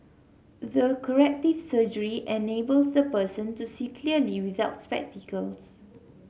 the corrective surgery enables the person to see clearly without spectacles